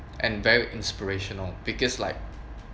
and very inspirational because like